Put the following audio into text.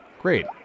Great